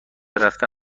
رفتن